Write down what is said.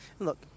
Look